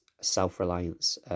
self-reliance